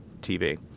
TV